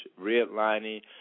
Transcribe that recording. redlining